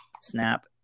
snap